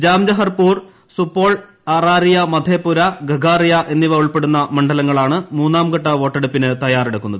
ജംജഹർപൂർ സുപോൾ അറാറിയ മഥേപുര ഖഗാറിയ എന്നിവ ഉൾപ്പെടുന്ന മണ്ഡലങ്ങളാണ് മൂന്നാംഘട്ട വോട്ടെടുപ്പിന് തയ്യാറെടുക്കുന്നത്